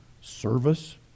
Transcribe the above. service